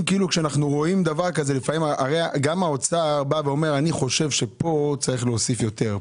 גם האוצר אומר: אני חושב שפה צריך להוסיף יותר,